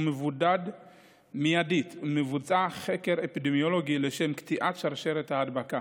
הוא מבודד מיידית ומבוצע חקר אפידמיולוגי לשם קטיעת שרשרת ההדבקה,